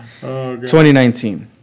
2019